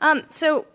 um so